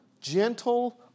gentle